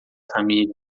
família